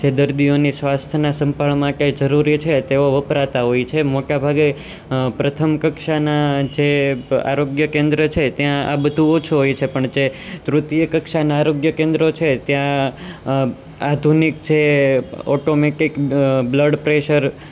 જે દર્દીઓની સ્વાસ્થ્યનાં સંભાળ માટે જરૂરી છે તેઓ વપરાતાં હોય છે મોટા ભાગે પ્રથમ કક્ષાનાં જે આરોગ્ય કેન્દ્ર છે ત્યાં આ બધું ઓછું હોય છે પણ જે તૃતિય કક્ષાનાં આરોગ્ય કેન્દ્રો છે ત્યાં આધુનિક છે ઓટોમેટિક બ્લડ પ્રેશર